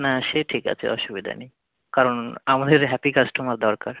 না সে ঠিক আছে অসুবিধা নেই কারণ আমাদের হ্যাপি কাস্টোমার দরকার